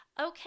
Okay